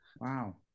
Wow